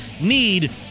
need